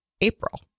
April